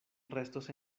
restos